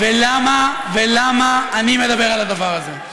ולמה אני מדבר על הדבר הזה?